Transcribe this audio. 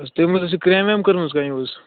تۄہہِ ما حظ ٲسوٕ کرٛیم ویم کٔرمٕژ کانٛہہ یوٗز